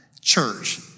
Church